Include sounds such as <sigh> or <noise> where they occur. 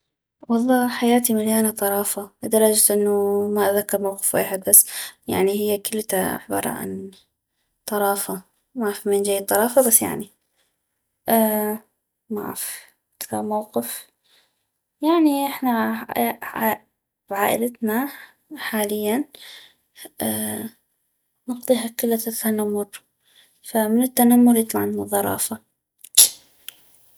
والله حياتي مليانة طرافة لدرجة انو ما اذكر موقف ويحد بس يعني هي كلتا عبارة عن طرافة معف مين جيي الطرافة بس يعني <hesitation> معف أكثغ موقف اي يعني احنا <hesitation> يعني بعائلتنا حالياً نقضيها كلتا تنمر فمن التنمر يطلعلنا ظرافة